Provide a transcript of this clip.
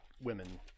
women